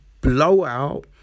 blowout